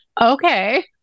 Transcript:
Okay